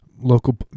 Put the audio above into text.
local